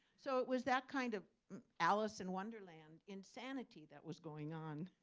so it was that kind of alice in wonderland insanity that was going on.